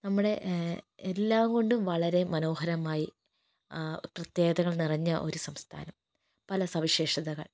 നമ്മടെ എല്ലാം കൊണ്ടും വളരെ മനോഹരമായി പ്രത്യേകതകൾ നിറഞ്ഞ ഒരു സംസ്ഥാനം പല സവിശേഷതകൾ